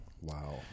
Wow